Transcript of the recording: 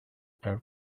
her